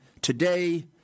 today